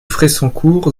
fressancourt